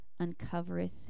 uncovereth